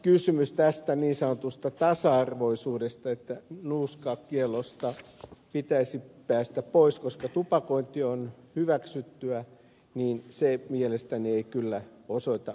kysymys tästä niin sanotusta tasa arvoisuudesta että nuuskakiellosta pitäisi päästä pois koska tupakointi on hyväksyttyä mielestäni ei kyllä osoita vapaamielisyyttä